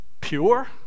Pure